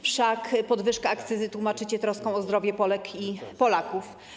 Wszak podwyżkę akcyzy tłumaczycie troską o zdrowie Polek i Polaków.